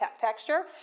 texture